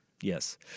Yes